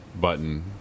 button